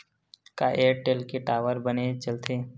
का एयरटेल के टावर बने चलथे?